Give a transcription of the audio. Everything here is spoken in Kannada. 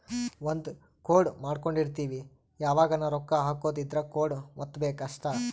ಒಂದ ಕೋಡ್ ಮಾಡ್ಕೊಂಡಿರ್ತಿವಿ ಯಾವಗನ ರೊಕ್ಕ ಹಕೊದ್ ಇದ್ರ ಕೋಡ್ ವತ್ತಬೆಕ್ ಅಷ್ಟ